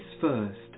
first